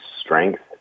strength